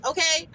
Okay